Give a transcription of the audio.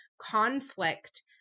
conflict